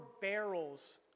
barrels